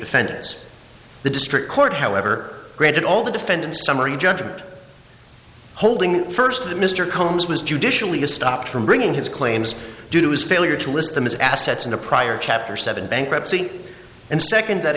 defendants the district court however granted all the defendants summary judgment holding first that mr combs was judicially was stopped from bringing his claims due to his failure to list them as assets in a prior chapter seven bankruptcy and second that